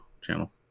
channel